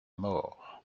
mort